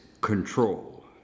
control